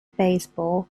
baseball